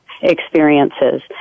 experiences